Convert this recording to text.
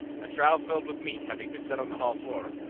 a trough filled with meat having been set on the hall floor,